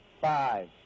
five